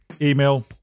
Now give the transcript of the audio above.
email